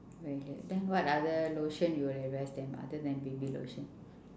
okay then what other lotion you will advise them other than baby lotion